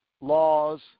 laws